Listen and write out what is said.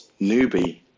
Newbie